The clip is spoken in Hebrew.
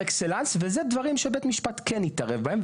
ואלה דברים שבית משפט כן יתערב בהם.